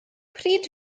pryd